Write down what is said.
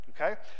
Okay